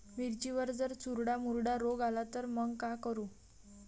मिर्चीवर जर चुर्डा मुर्डा रोग आला त मंग का करू?